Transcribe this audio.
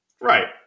right